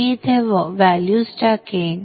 मी इथे व्हॅल्यूज टाकेन